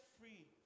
free